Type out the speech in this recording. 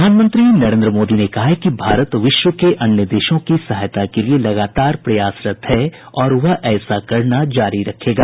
प्रधानमंत्री नरेंद्र मोदी ने कहा है कि भारत विश्व के अन्य देशों की सहायता के लिए लगातार प्रयासरत है और वह ऐसा करना जारी रखेगा